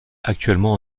actuellement